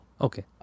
Okay